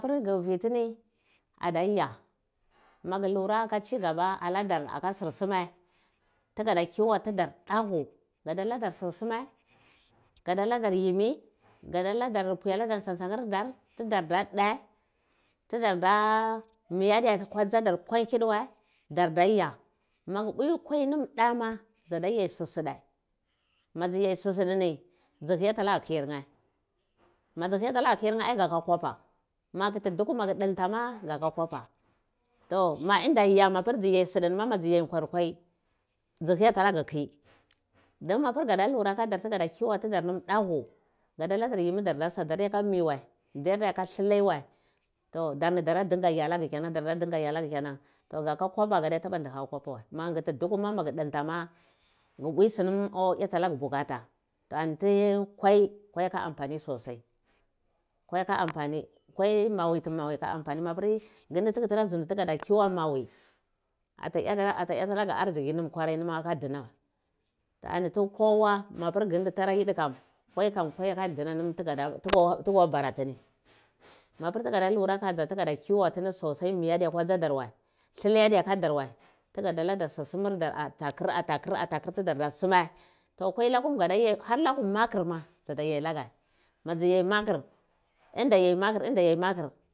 Pir ghu vitini ada ya mafu lura a ka chigaba aladar a ka dzu suma kuguda kiwo tudor daku gada lador sursuma gadaladar yimmi gada ladar pwi alador bsoma tsomur dor tudardar dhe ku dar da dhe tuga bara tuni mapir duga lura aka dza duga da kiwo tuni sosai mi adiykwa dzaddrwhe dilai adiyakadar war tigada lardar sur sumar dar atakir atakir kudor da sumai to koi laka ga daya tolakum makir ma dza ta yai a laghch ma dzi yar makir